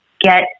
get